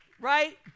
Right